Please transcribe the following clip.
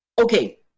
Okay